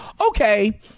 Okay